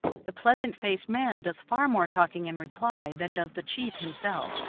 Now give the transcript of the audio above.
the pleasant-faced man does far more talking in reply than does the chief himself.